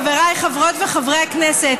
חבריי חברות וחברי הכנסת,